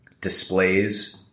displays